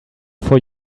for